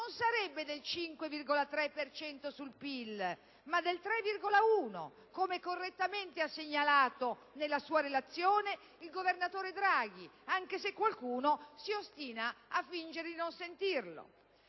non sarebbe del 5,3 per cento sul PIL, ma del 3,1, come correttamente ha segnalato nella sua relazione il governatore Draghi, anche se qualcuno si ostina a fingere di non sentirlo.